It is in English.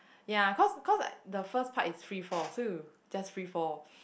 ya cause cause the first part is free fall too just free fall